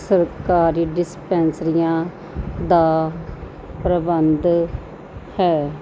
ਸਰਕਾਰੀ ਡਿਸਪੈਂਸਰੀਆਂ ਦਾ ਪ੍ਰਬੰਧ ਹੈ